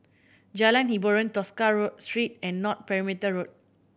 Jalan Hiboran Tosca Road Street and North Perimeter Road